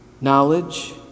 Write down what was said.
knowledge